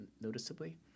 noticeably